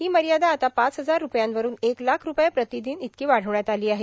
ही मर्यादा आता पाच हजार रुपयांवरून एक लाख रुपये प्रतिदिन इतकी वाढविण्यात आली आहे